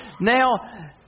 now